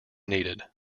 needed